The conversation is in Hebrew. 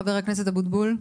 חבר הכנסת אבוטבול.